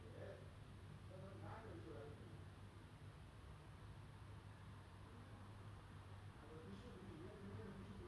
um like there are people from other countries like malaysia and basically southeast asian countries and I want to compete and I want to get a medal